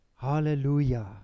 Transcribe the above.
Hallelujah